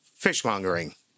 fishmongering